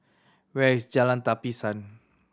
where is Jalan Tapisan